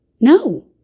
No